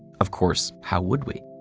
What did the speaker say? of course, how would we?